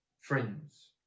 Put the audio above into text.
friends